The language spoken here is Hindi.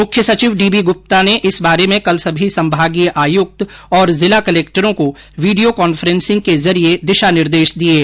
मुख्य सचिव डी बी गुप्ता इस बारे में कल सभी संभागीय आयुक्त और जिला कलक्टरों को विर्डियो कॉन्फ्रेंसिंग के माध्यम से दिशा निर्देश दे रहे थे